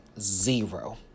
zero